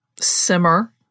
simmer